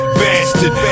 bastard